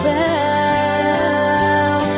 tell